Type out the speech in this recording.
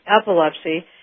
epilepsy